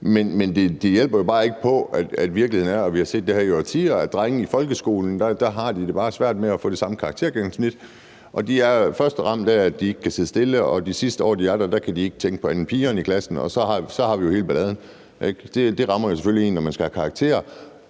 på, at virkeligheden er, og det har vi set i årtier, at drenge i folkeskolen bare har svært ved at få det samme karaktergennemsnit som pigerne. De er først ramt af, at de ikke kan sidde stille, og de sidste år, de er der, kan de ikke tænke på andet end pigerne i klassen, og så har vi jo hele balladen. Det rammer selvfølgelig en, når man skal have karakterer.